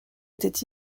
étaient